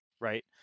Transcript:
right